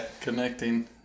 Connecting